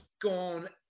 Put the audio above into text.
gone